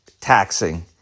taxing